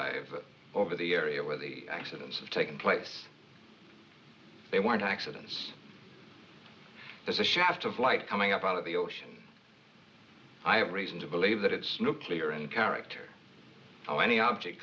dive over the area where the accidents have taken place they weren't accidents there's a shaft of light coming up out of the ocean i have reason to believe that it's nuclear and character of any object